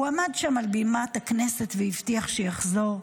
הוא עמד שם על בימת הכנסת והבטיח שיחזור.